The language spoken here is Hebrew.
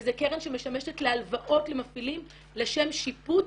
וזו קרן שמשמשת להלוואות למפעילים לשם שיפוץ,